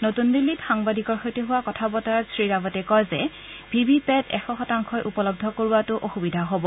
নতুন দিল্লীত সাংবাদিকৰ সৈতে হোৱা কথা বতৰাত শ্ৰী ৰাৱটে কয় যে ভি ভি পেত এশ শতাংশই উপলব্ধ কৰোৱাটো অসুবিধা হ'ব